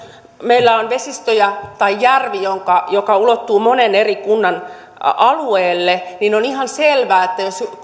meillä on vesistöjä tai järvi joka ulottuu monen eri kunnan alueelle on ihan selvää että jos